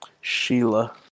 Sheila